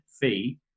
fee